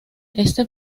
este